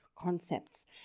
Concepts